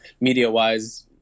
media-wise